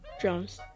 Drums